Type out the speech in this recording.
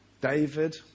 David